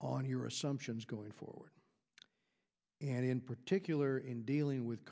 on your assumptions going forward and in particular in dealing with